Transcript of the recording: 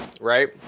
right